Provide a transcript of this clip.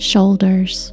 Shoulders